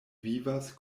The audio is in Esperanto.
vivas